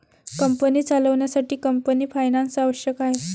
company चालवण्यासाठी company finance आवश्यक आहे